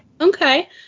Okay